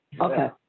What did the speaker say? Okay